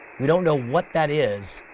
we don't know what that is.